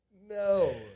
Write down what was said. No